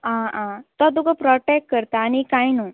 आं आं तो तुका प्रोटेक्ट करता आनी कांय न्हू